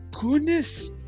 goodness